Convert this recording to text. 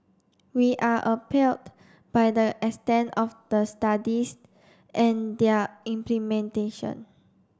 we are by the extent of the studies and their implementation